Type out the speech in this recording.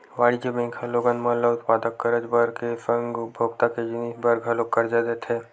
वाणिज्य बेंक ह लोगन मन ल उत्पादक करज बर के संग उपभोक्ता के जिनिस बर घलोक करजा देथे